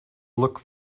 look